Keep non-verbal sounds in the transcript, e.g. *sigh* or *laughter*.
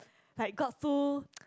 like got so *noise*